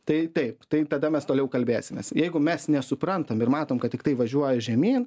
tai taip tai tada mes toliau kalbėsimės jeigu mes nesuprantam ir matom kad tiktai važiuoja žemyn